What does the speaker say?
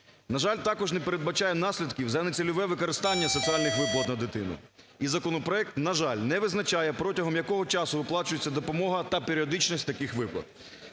На жаль, також не передбачає наслідків за нецільове використання соціальних виплат на дитину. І законопроект, на жаль, не визначає, протягом якого часу виплачується допомога та періодичність таких виплат.